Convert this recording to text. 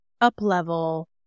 up-level